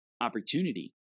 opportunity